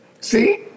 See